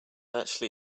actually